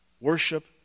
Worship